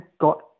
got